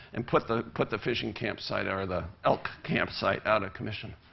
and put the put the fishing camp site or the elk camp site out of commission.